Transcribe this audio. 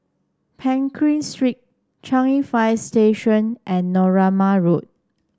Pekin Street Changi Fire Station and Narooma Road